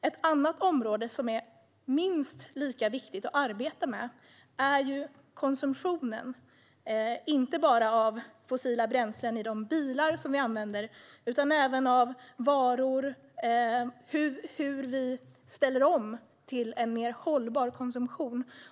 Ett annat område som är minst lika viktigt att arbeta med är konsumtionen. Det gäller inte bara fossila bränslen i de bilar som vi använder utan även varor. Hur ställer vi om till en mer hållbar konsumtion?